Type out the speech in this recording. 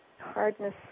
hardness